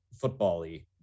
football-y